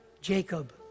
Jacob